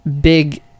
big